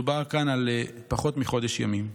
מדובר כאן על פחות מחודש ימים.